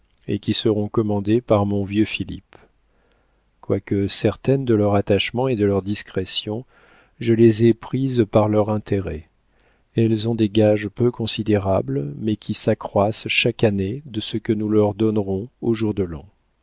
et qui seront commandées par mon vieux philippe quoique certaine de leur attachement et de leur discrétion je les ai prises par leur intérêt elles ont des gages peu considérables mais qui s'accroissent chaque année de ce que nous leur donnerons au jour de l'an